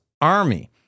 army